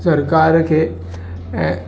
सरकार खे ऐं